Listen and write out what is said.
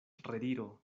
rediro